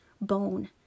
bone